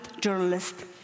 journalist